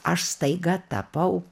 aš staiga tapau